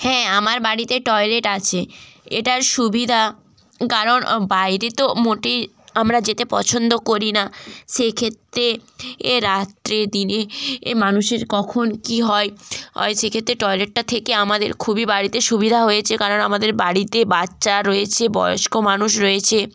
হ্যাঁ আমার বাড়িতে টয়লেট আছে এটার সুবিধা কারণ বাইরে তো মোটেই আমরা যেতে পছন্দ করি না সেই ক্ষেত্রে এ রাত্রে দিনে এ মানুষের কখন কি হয় অয় সেক্ষেত্রে টয়লেটটা থেকে আমাদের খুবই বাড়িতে সুবিধা হয়েছে কারণ আমাদের বাড়িতে বাচ্চা রয়েছে বয়স্ক মানুষ রয়েছে